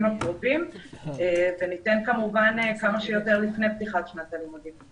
הקרובים וניתן כמובן כמה שיותר לפני פתיחת שנת הלימודים.